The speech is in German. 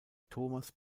thomas